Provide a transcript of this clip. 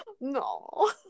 No